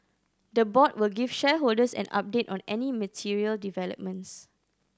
the board will give shareholders an update on any material developments